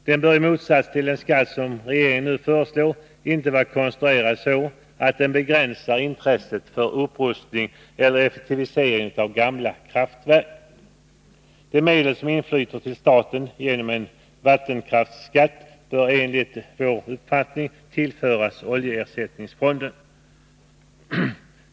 Den bör, i motsats till den skatt som regeringen nu föreslår, inte vara konstruerad så att den begränsar intresset för upprustning eller effektivisering av gamla kraftverk. De medel som inflyter till staten genom en vattenkraftsskatt bör enligt vår uppfattning tillföras oljeersättningsfonden.